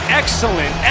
excellent